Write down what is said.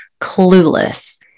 Clueless